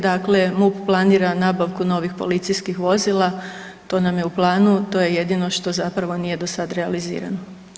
Dakle, MUP planira nabavku novih policijskih vozila, to nam je u planu, to je jedino što zapravo nije do sad realizirano.